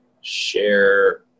share